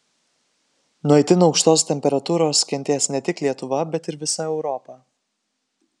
nuo itin aukštos temperatūros kentės ne tik lietuva bet ir visa europa